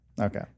Okay